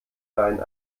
deinen